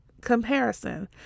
Comparison